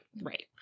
right